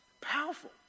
Powerful